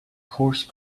coarse